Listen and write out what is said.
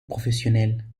professionnel